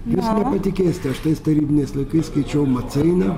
jūs nepatikėsite aš tais tarybiniais laikais skaičiau maceiną